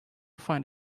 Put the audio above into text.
find